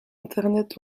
internet